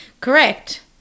correct